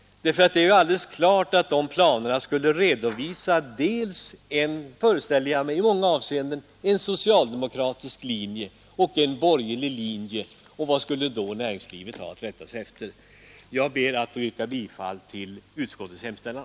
Det är ju alldeles klart att de planerna skulle i många avseenden redovisa dels en socialdemokratisk linje, dels en borgerlig linje. Vad skulle näringslivet då ha att rätta sig efter? Jag ber att få yrka bifall till utskottets hemställan.